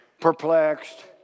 perplexed